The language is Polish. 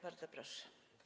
Bardzo proszę.